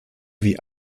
wie